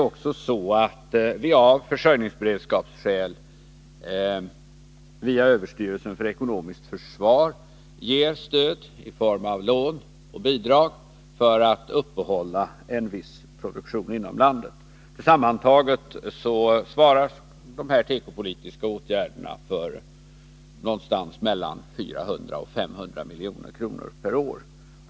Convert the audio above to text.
Vidare ger vi av försörjningsberedskapsskäl via överstyrelsen för ekonomiskt försvar stöd i form av lån och bidrag för att en viss produktion skall kunna upprätthållas inom landet. Sammantaget kostar de tekopolitiska åtgärderna 400-500 milj.kr. per år.